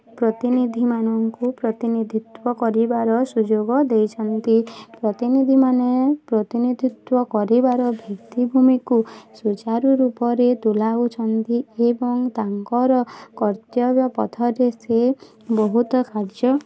ପ୍ରତିନିଧି ମାନଙ୍କୁ ପ୍ରତିନିଧିତ୍ୱ କରିବାର ସୁଯୋଗ ଦେଇଛନ୍ତି ପ୍ରତିନିଧି ମାନେ ପ୍ରତିନିଧିତ୍ୱ କରିବାର ଭିତ୍ତି ଭୂମିକୁ ସୁଚାରୁରୂପରେ ତୁଲାଉଛନ୍ତି ଏବଂ ତାଙ୍କର କର୍ତ୍ତବ୍ୟ ପଥରେ ସେ ବହୁତ କାର୍ଯ୍ୟ